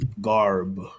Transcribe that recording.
garb